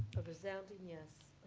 a resounding yes.